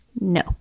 No